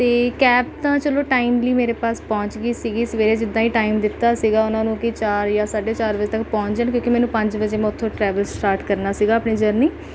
ਅਤੇ ਕੈਬ ਤਾਂ ਚਲੋ ਟਾਈਮਲੀ ਮੇਰੇ ਪਾਸ ਪਹੁੰਚ ਗਈ ਸੀਗੀ ਸਵੇਰੇ ਜਿੱਦਾਂ ਹੀ ਟਾਈਮ ਦਿੱਤਾ ਸੀਗਾ ਉਨ੍ਹਾਂ ਨੂੰ ਕਿ ਚਾਰ ਜਾਂ ਸਾਢੇ ਚਾਰ ਵਜੇ ਤੱਕ ਪਹੁੰਚ ਜਾਣ ਕਿਉਂਕਿ ਮੈਨੂੰ ਪੰਜ ਵਜੇ ਮੈਂ ਉੱਥੋਂ ਟਰੈਵਲ ਸਟਾਰਟ ਕਰਨਾ ਸੀਗਾ ਆਪਣੀ ਜਰਨੀ